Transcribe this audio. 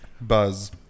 Buzz